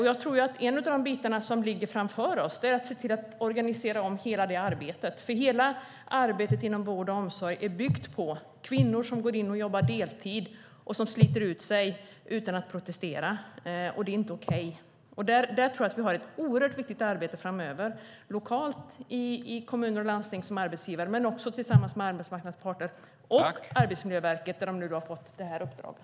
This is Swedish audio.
Jag tror att en av de uppgifter som ligger framför oss är att organisera om detta, för arbetet inom vården och omsorgen bygger på kvinnor som jobbar deltid och som sliter ut sig utan att protestera. Det är inte okej. Där tror jag att vi har ett oerhört viktigt arbete framöver, lokalt med kommuner och landsting men också tillsammans med arbetsmarknadens parter och Arbetsmiljöverket som nu har fått det här uppdraget.